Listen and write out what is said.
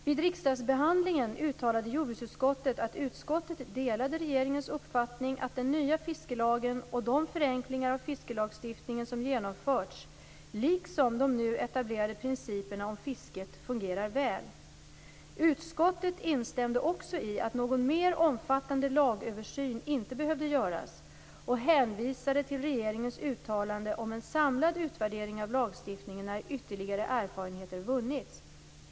Vid riksdagsbehandlingen uttalade jordbruksutskottet att utskottet delade regeringens uppfattning att den nya fiskelagen och de förenklingar av fiskelagstiftningen som genomförts liksom de nu etablerade principerna om fisket fungerar väl. Utskottet instämde också i att någon mer omfattande lagöversyn inte behövde göras och hänvisade till regeringens uttalande om en samlad utvärdering av lagstiftningen när ytterligare erfarenheter vunnits.